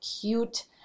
cute